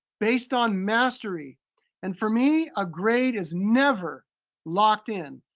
based on mastery and for me, a grade is never locked in.